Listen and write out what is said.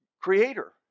creator